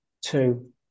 two